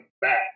back